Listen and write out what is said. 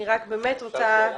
אני רק באמת רוצה --- אפשר שאלה?